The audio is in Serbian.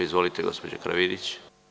Izvolite, gospođo Karavidić.